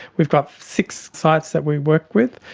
we've got six sites that we work with,